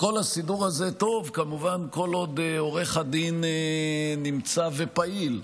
כל הסידור הזה טוב כמובן כל עוד עורך הדין נמצא ופעיל.